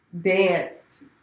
danced